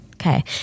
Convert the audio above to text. Okay